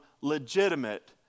legitimate